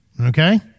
Okay